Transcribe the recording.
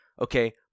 Okay